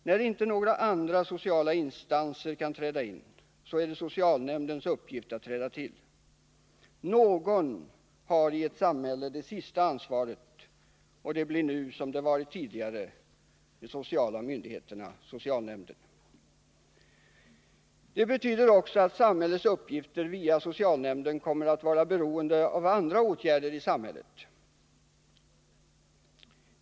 När inte några andra sociala instanser kan träda in är det socialnämndens uppgift att göra det. Någon har i ett samhälle det sista ansvaret, och det blir nu, som det varit tidigare, de sociala myndigheterna, socialnämnden. Det betyder också att samhällets uppgifter via socialnämnden kommer att vara beroende av andra åtgärder i samhället.